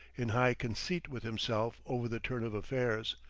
in high conceit with himself over the turn of affairs.